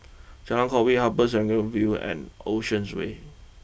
Jalan Kwok Min Upper Serangoon view and Oceans way